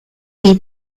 die